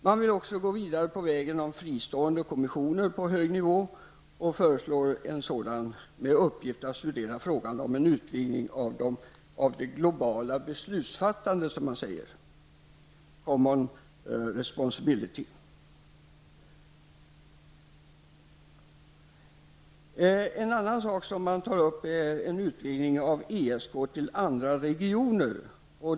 Man vill också gå vidare på vägen med fristående kommissioner på hög nivå och föreslår en sådan med uppgift att studera frågan om en utvidgning av det globala beslutsfattandet, som man säger, En annan sak som man tar upp är en utvidgning av ESK till andra regioner.